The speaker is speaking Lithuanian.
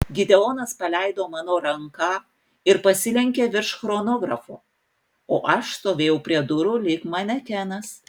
gideonas paleido mano ranką ir pasilenkė virš chronografo o aš stovėjau prie durų lyg manekenas